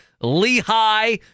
Lehigh